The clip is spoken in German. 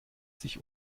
sich